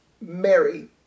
mary